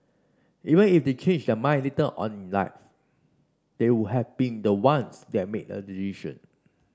even if they change their mind later on in life they would have been the ones that made the decision